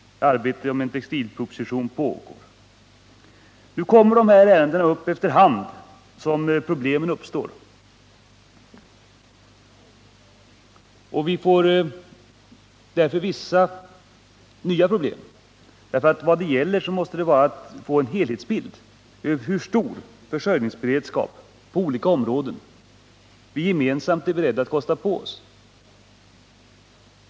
Arbetet på en textilproposition pågår. Nu kommer de här ärendena upp efter hand som problemen uppstår, och vi får därför vissa nya problem. Vad som krävs måste vara att vi skapar oss en helhetsbild av hur stor försörjningsberedskap på olika områden vi gemensamt är beredda att kosta på oss.